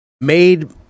made